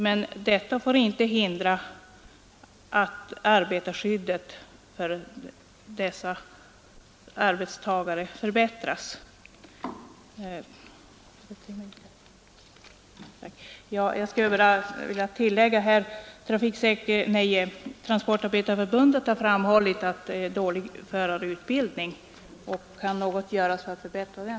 Men detta får inte hindra att arbetarskyddet förbättras. Jag vill tillägga att Transportarbetareförbundet har framhållit att förarutbildningen är dålig. Kan något göras för att förbättra den?